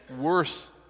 worse